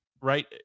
right